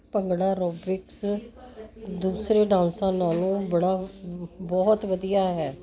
bhangra aerobics ਵਿਚ ਦੂਸਰੇ ਡਾਂਸਾਂ ਨਾਲੋਂ ਬੜਾ ਬਹੁਤ ਵਧੀਆ ਹੈ